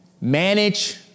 Manage